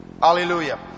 Hallelujah